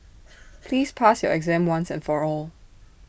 please pass your exam once and for all